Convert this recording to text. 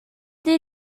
did